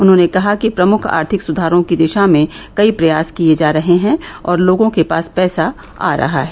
उन्होंने कहा कि प्रमुख आर्थिक सुधारों की दिशा में कई प्रयास किये जा रहे हैं और लोगों के पास पैसा आ रहा है